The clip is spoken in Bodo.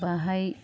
बाहाय